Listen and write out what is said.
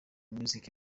music